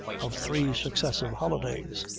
of three successive holidays.